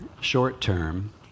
short-term